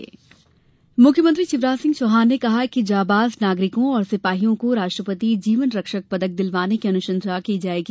जबांज सम्मान मुख्यमंत्री शिवराज सिंह चौहान ने कहा है कि जबांज नागरिकों और सिपाहियों को राष्ट्रपति जीवन रक्षक पदक दिलवाने की अनुशंसा की जायेगी